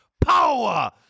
Power